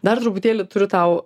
dar truputėlį turiu tau